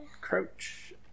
Crouch